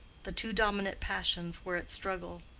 the two dominant passions were at struggle.